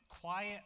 quiet